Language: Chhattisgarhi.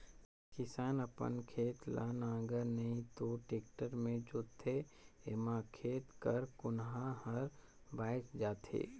किसान अपन खेत ल नांगर नी तो टेक्टर मे जोतथे एम्हा खेत कर कोनहा हर बाएच जाथे